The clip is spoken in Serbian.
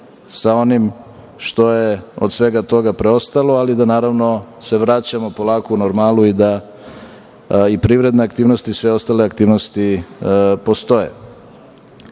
sa onim što je od svega toga preostalo, ali da, naravno, se vraćamo polako u normalu i da privredne i sve ostale aktivnosti postoje. Ono